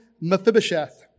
Mephibosheth